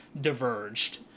diverged